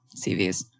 CVs